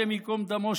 השם ייקום דמו,